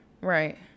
right